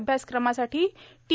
अभ्यासक्रमासाठी टी